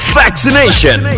vaccination